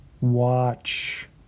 watch